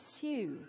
pursue